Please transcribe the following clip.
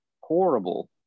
horrible